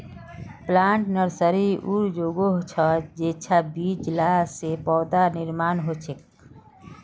plant nursery उर जोगोह छर जेंछां बीज ला से पौधार निर्माण होछे